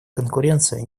конкуренция